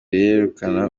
yerekana